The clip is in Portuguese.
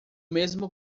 mesmo